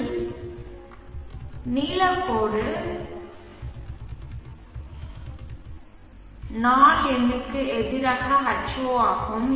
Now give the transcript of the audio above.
எனவே நீல கோடு நாள் எண்ணுக்கு எதிராக H0 ஆகும்